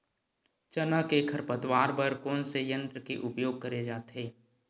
चना के खरपतवार बर कोन से यंत्र के उपयोग करे जाथे?